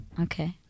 Okay